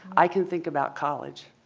i can think about college.